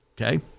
Okay